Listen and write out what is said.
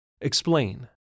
Explain